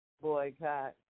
boycott